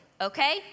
okay